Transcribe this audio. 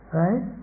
right